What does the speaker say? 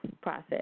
process